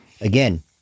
again